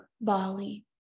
Bali